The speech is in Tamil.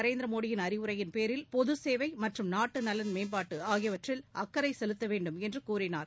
நரேந்திர மோடியின் அறிவுரையின் பேரில் பொது சேவை மற்றும் நாட்டு நலன் மேம்பாடு ஆகியவற்றில் அக்கரை கெலுத்த வேண்டும் என்று கூறினார்